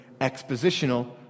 expositional